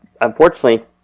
unfortunately